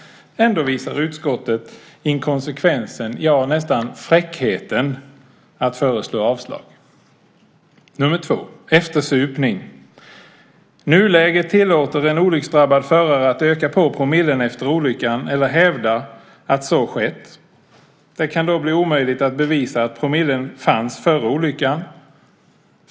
Ändå visar utskottet inkonsekvensen, nästan fräckheten, att föreslå avslag. Nr 2: Eftersupning. Nuläget tillåter en olycksdrabbad förare att öka på promillen efter olyckan eller hävda att så skett. Det kan då bli omöjligt att bevisa att promillen fanns före olyckan.